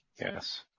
Yes